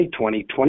2020